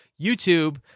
YouTube